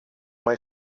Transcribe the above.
mai